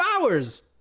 hours